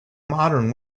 modern